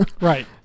Right